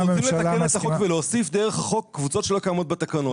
אתם רוצים לתקן את החוק ולהוסיף דרך החוק קבוצות שלא קיימות בתקנות.